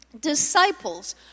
Disciples